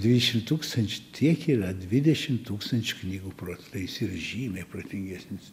dvidešim tūkstančių tiek yra dvidešim tūkstančių knygų proto tai jis yra žymiai protingesnis